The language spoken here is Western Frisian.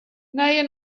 nije